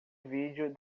vídeo